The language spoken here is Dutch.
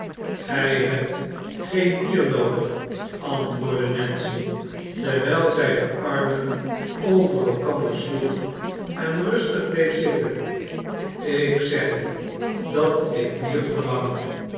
gij hebt geen bier noodig antwoordde nancy terwijl zij de armen over elkander sloeg en rustig bleef zitten ik zeg je dat ik bier verlang